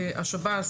השב"ס,